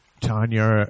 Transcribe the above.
Tanya